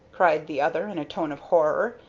cried the other, in a tone of horror.